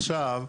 עכשיו.